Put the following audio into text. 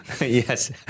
Yes